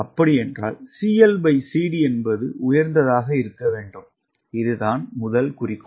CLCD என்பது உயர்ந்ததாக இருக்க வேண்டும் இது தான் முதன்மை குறிக்கோள்